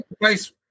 place